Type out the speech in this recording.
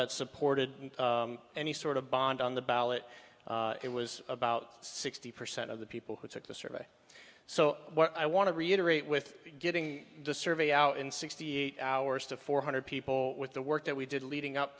that supported any sort of bond on the ballot it was about sixty percent of the people who took the survey so i want to reiterate with getting the survey out in sixty eight hours to four hundred people with the work that we did leading up